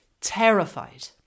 Terrified